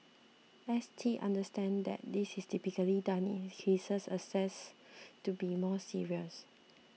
S T understands that this is typically done in cases assessed to be more serious